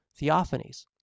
theophanies